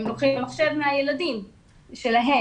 הם לוקחים מחשב מהילדים שלהם.